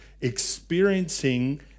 experiencing